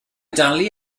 dalu